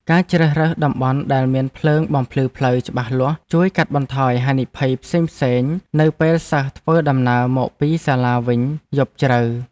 ការជ្រើសរើសតំបន់ដែលមានភ្លើងបំភ្លឺផ្លូវច្បាស់លាស់ជួយកាត់បន្ថយហានិភ័យផ្សេងៗនៅពេលសិស្សធ្វើដំណើរមកពីសាលាវិញយប់ជ្រៅ។